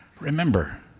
Remember